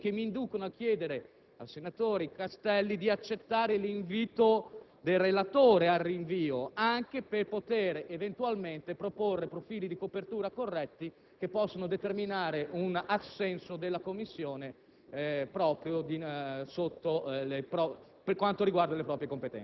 ai sensi dell'articolo 81 della Costituzione. Questo è uno dei motivi che mi inducono a chiedere al senatore Castelli di concordare sulla proposta avanzata dal relatore di un rinvio in Commissione, anche per poter eventualmente proporre profili di copertura corretti che possano determinare un assenso della Commissione